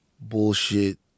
bullshit